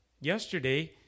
yesterday